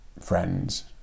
friends